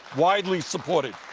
widely supported.